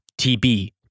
TB